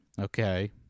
Okay